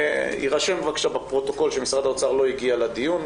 יירשם בבקשה בפרוטוקול שמשרד האוצר לא הגיע לדיון.